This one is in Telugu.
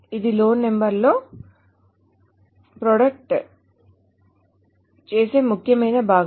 ఇది లోన్ నెంబర్ లో ప్రొజెక్ట్ చేసే ముఖ్యమైన భాగం